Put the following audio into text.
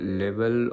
level